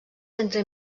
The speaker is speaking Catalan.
entre